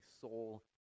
soul